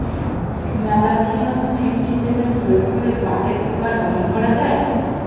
Malathion fifty seven প্রয়োগ করে পাটের পোকা দমন করা যায়?